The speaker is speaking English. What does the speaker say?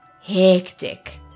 hectic